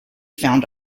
found